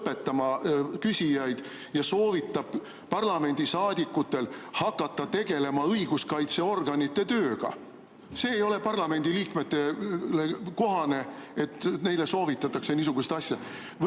õpetama küsijaid ja soovitab parlamendisaadikutel hakata tegelema õiguskaitseorganite tööga. See ei ole parlamendiliikmete suhtes kohane, kui neile soovitatakse niisugust asja.